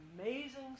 amazing